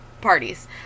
parties